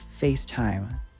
FaceTime